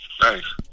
Thanks